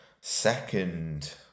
second